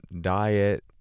diet